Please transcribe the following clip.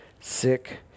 sick